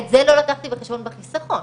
את זה לא לקחתי בחשבון בחיסכון,